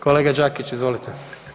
Kolega Đakić, izvolite.